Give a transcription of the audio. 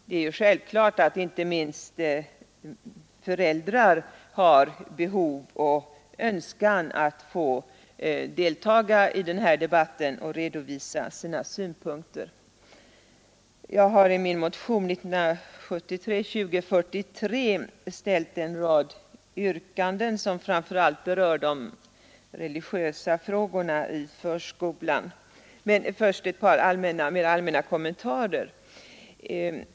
Det är självklart att inte minst föräldrar har behov av och önskan om att få delta i denna debatt och redovisa sina synpunkter. Jag har i min motion 2043 ställt en del yrkanden som framför allt berör de religiösa frågorna i förskolan, men först ett par allmänna kommentarer.